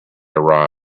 arise